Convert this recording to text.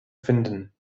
finden